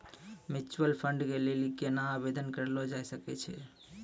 Mutual fund के लेली केना आवेदन करलो जाय सकै छै?